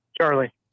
Charlie